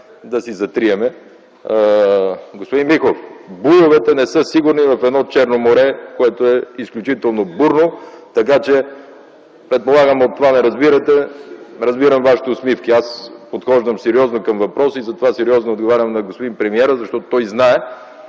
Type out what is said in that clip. да си затрием… Господин Миков, буйовете не са сигурни в едно Черно море, което е изключително бурно. Предполагам, не разбирате от това - разбирам вашите усмивки. Аз подхождам сериозно към въпроса и затова сериозно отговарям на господин Станишев, защото той знае